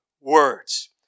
words